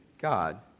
God